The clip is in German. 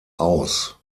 aus